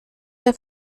der